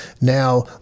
now